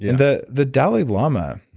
the the dalai lama,